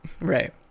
right